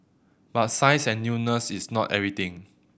but size and newness is not everything